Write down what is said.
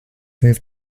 moved